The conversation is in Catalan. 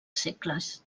segles